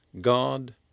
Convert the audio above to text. God